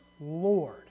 Lord